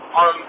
on